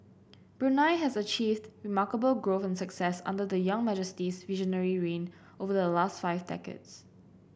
Brunei has achieved remarkable growth and success under the young Majesty's visionary reign over the last five decades